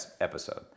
episode